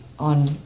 on